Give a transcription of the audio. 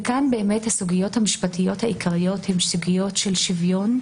וכאן באמת הסוגיות המשפטיות העיקריות הן סוגיות של שוויון,